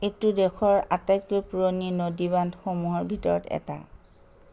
এইটো দেশৰ আটাইতকৈ পুৰণি নদীবান্ধসমূহৰ ভিতৰত এটা